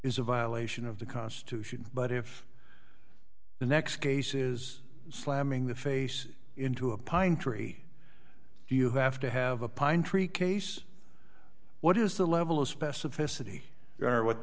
is a violation of the constitution but if the next case is slamming the face into a pine tree do you have to have a pine tree case what is the level of specificity